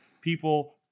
People